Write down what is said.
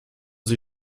sie